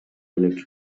элек